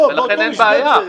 ולכן אין בעיה.